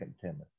Timothy